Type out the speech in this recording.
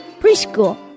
Preschool